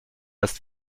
ist